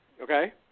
Okay